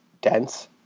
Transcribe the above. dense